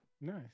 Nice